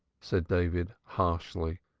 said david harshly.